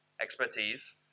expertise